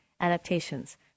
adaptations